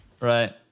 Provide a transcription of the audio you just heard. right